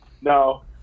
no